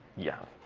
yeah.